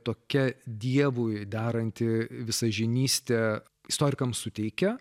tokia dievui daranti visažinyste istorikams suteikia